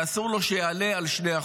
ואסור לו שיעלה על 2%,